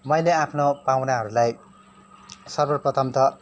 मैले आफ्नो पाहुनाहरूलाई सर्वप्रथम त